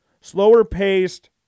slower-paced